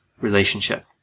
relationship